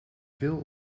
veel